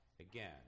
Again